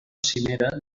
cimera